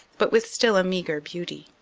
but with still a meagre beauty.